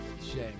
shame